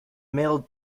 mailed